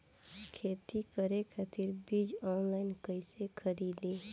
खेती करे खातिर बीज ऑनलाइन कइसे खरीदी?